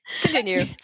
Continue